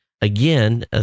again